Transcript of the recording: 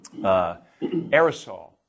aerosol